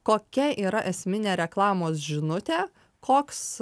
kokia yra esminė reklamos žinutė koks